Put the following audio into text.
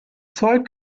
zeug